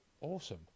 awesome